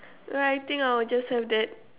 alright I think I'll just have that